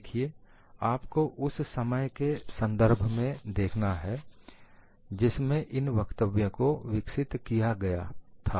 देखिए आपको उस समय के संदर्भ में भी देखना है जिसमें इन वक्तव्य को विकसित किया गया था